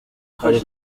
hari